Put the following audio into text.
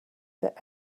that